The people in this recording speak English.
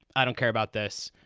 i don't care about this.